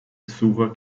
besucher